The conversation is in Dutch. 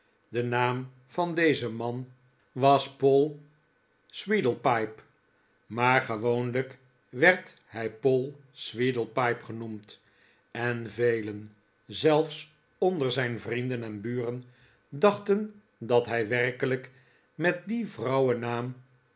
de naam van dezen man was paul sweedlepipe maar gewoonlijk werd hij poll sweedlepipe genoemd en velen zelfs onder zijn vrienden en buren dachten dat hij werkelijk met dien